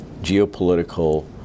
geopolitical